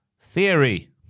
theory